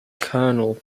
colonel